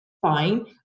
fine